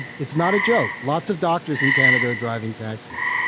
it's not a joke. lots of doctors in canada are driving taxis.